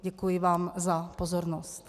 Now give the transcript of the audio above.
Děkuji vám za pozornost.